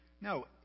No